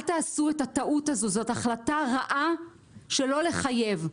אל תעשו את הטעות הזאת, זאת החלטה רעה שלא לחייב.